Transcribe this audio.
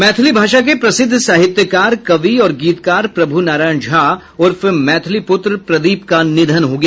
मैथिली भाषा के प्रसिद्ध साहित्यकार कवि और गीतकार प्रभू नारायण झा उर्फ मैथिली पुत्र प्रदीप का निधन हो गया